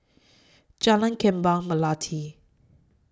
Jalan Kembang Melati